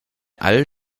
all